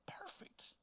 perfect